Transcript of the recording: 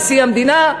נשיא המדינה,